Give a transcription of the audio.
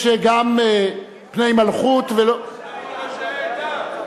יש גם פני מלכות, מי זה ראשי העדה?